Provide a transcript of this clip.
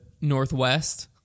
northwest